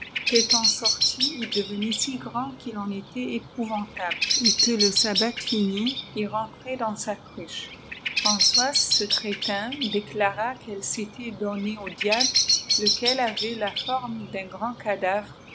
qu'étant sorti il devenait si grand jà il en était épwi vbrft et que le sabbat fini il rentrait dans sa rufiha fpwaçpigfj s crétain déclara qu'elle s'était donnée au diable lequel avait la forme dun grand cadavre